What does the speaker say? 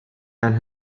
and